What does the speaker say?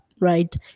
right